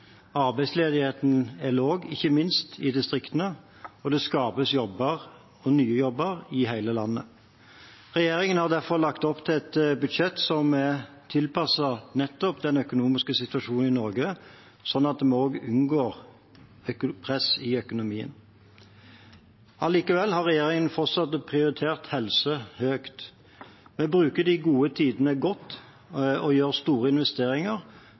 Arbeidsledigheten er lav, ikke minst i distriktene, og det skapes nye jobber i hele landet. Regjeringen har derfor lagt opp til et budsjett som er tilpasset den økonomiske situasjonen i Norge, slik at vi unngår press i økonomien. Likevel har regjeringen fortsatt prioritert helse høyt. Vi bruker de gode tidene godt og gjør store investeringer